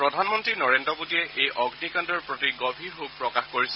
প্ৰধানমন্ত্ৰী নৰেন্দ্ৰ মোদীয়ে এই অগ্নিকাণ্ডৰ প্ৰতি গভীৰ শোক প্ৰকাশ কৰিছে